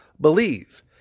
believe